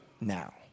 now